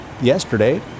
yesterday